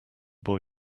boy